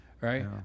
Right